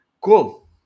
cool